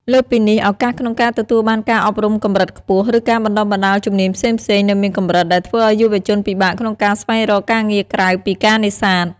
លើសពីនេះ ឱកាសក្នុងការទទួលបានការអប់រំកម្រិតខ្ពស់ ឬការបណ្តុះបណ្តាលជំនាញផ្សេងៗនៅមានកម្រិត ដែលធ្វើឲ្យយុវជនពិបាកក្នុងការស្វែងរកការងារក្រៅពីការនេសាទ។